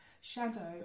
shadow